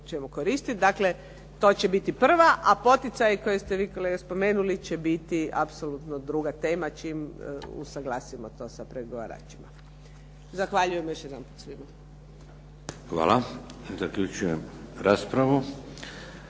koristiti. Dakle, to će biti prva, a poticaji koje ste vi kolega spomenuli će biti apsolutno druga tema čim usaglasimo to sa pregovaračima. Zahvaljujem još jedanput svima. **Šeks,